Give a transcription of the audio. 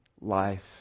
life